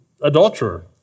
adulterer